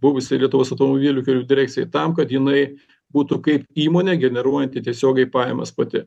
buvusiai lietuvos automobilių kelių direkcijai tam kad jinai būtų kaip įmonė generuojanti tiesiogiai pajamas pati